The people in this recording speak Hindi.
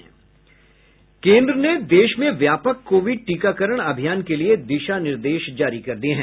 केन्द्र ने देश में व्यापक कोविड टीकाकरण अभियान के लिए दिशानिर्देश जारी कर दिये हैं